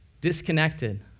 disconnected